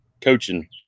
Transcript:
coaching